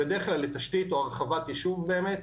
בדרך כלל לתשתית או הרחבת ישוב באמת,